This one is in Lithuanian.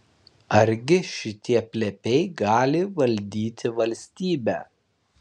argi šitie plepiai gali valdyti valstybę